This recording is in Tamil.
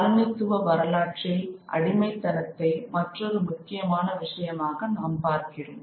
காலனித்துவ வரலாற்றில் அடிமைத்தனத்தை மற்றொரு முக்கியமான விஷயமாக நாம் பார்க்கிறோம்